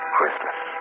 Christmas